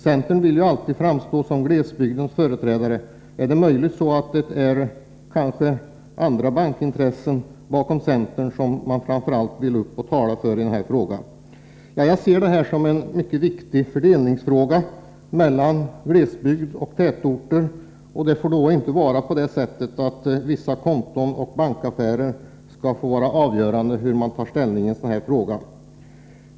Centern vill ju alltid framstå som glesbygdens företrädare. Är det möjligen andra bankintressen som centern framför allt vill tala för i denna fråga? Jag menar att det här gäller en mycket viktig fördelningsfråga, som berör förhållandet mellan människor i glesbygd och i tätort, och vissa konton och bankaffärer får inte vara avgörande för hur man tar ställning i ett sådant sammanhang.